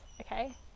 okay